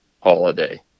holiday